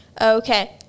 okay